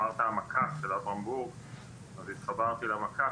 אמרת המקף של -- אז התחברתי למקף,